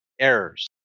errors